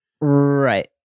Right